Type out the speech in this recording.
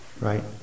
right